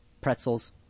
pretzels